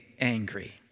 angry